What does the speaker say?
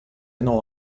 não